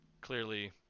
clearly